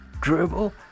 Dribble